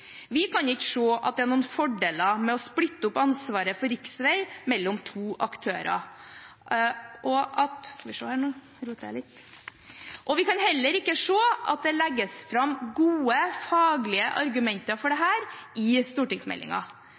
Vi kan ikke se at det er noen fordeler med å splitte opp ansvaret for riksvei mellom to aktører, og vi kan heller ikke se at det legges fram gode, faglige argumenter for dette i stortingsmeldingen. Arbeiderpartiet mener at det er behov for å gjennomføre utbygging, drift og vedlikehold av riksveinettet enda mer effektivt, men her